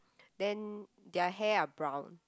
then their hair are brown